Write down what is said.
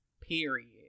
period